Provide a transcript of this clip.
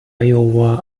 iowa